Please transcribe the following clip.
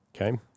okay